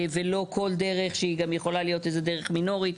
ולא כל דרך שהיא גם יכולה להיות איזו דירה מינורית.